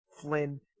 Flynn